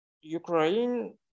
ukraine